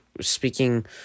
speaking